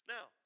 Now